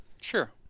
Sure